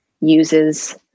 uses